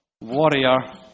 warrior